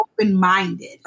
open-minded